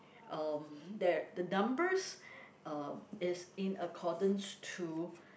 um there the numbers um is in accordance to